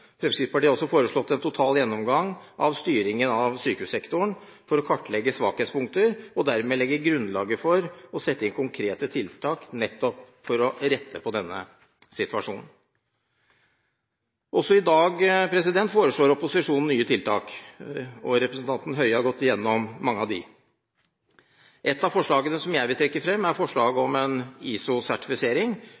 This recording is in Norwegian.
Fremskrittspartiet har også foreslått en total gjennomgang av styringen av sykehussektoren for å kartlegge svakhetspunkter og dermed legge grunnlaget for å sette inn konkrete tiltak nettopp for å rette på denne situasjonen. Også i dag foreslår opposisjonen nye tiltak, og representanten Høie har gått igjennom mange av disse. Et av forslagene som jeg vil trekke fram, er